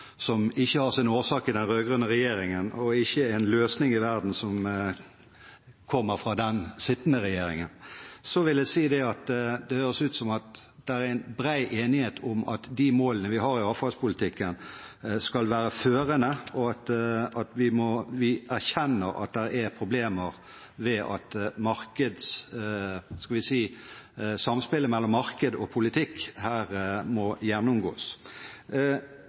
som ikke har sin årsak i den rød-grønne regjeringen, og ikke en løsning i verden som ikke kommer fra den sittende regjeringen. Så vil jeg si at det høres ut som at det er bred enighet om at de målene vi har i avfallspolitikken, skal være førende, og at vi erkjenner at det er problemer ved samspillet mellom marked og politikk, som her må gjennomgås.